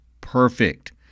perfect